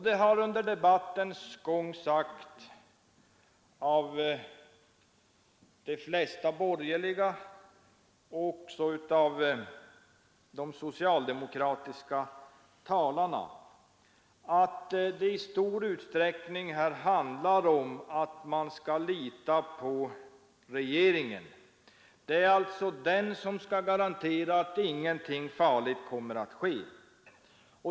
Det har under debattens gång sagts av de flesta borgerliga och också av de socialdemokratiska talarna att det i stor utsträckning här handlar om att man skall lita på regeringen. Det är alltså den som skall garantera att inget farligt sker.